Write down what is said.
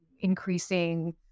increasing